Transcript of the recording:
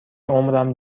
عمرم